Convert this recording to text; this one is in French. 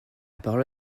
parole